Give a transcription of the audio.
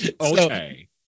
okay